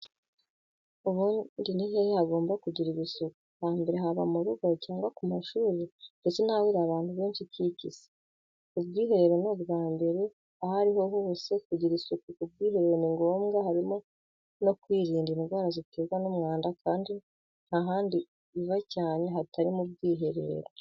Ubundi nihehe hagomba kugirirwa isuku hambere haba murugo cyangwa kumashuri ndetse nahahurira nabantu benshi kiki se? ubwiherero n,ubwambere aho ariho hose kugira isuku kubwiherero ningombwa harimo na kwirinda indwara iterwa numwanda kandi ntahandi uva cyane hatari kubwiherero.